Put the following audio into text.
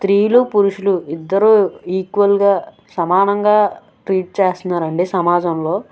స్త్రీలు పురుషులు ఇద్దరూ ఈక్వల్గా సమానంగా ట్రీట్ చేస్తన్నారు అండి సమాజంలో